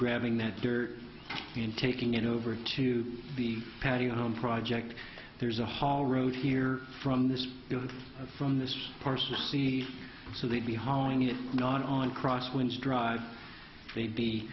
grabbing that dirt and taking it over to the patio home project there's a whole road here from this from this person the so they'd be hauling it on cross winds drive they'd be